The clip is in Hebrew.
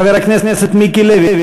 חבר הכנסת מיקי לוי.